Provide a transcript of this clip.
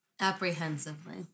Apprehensively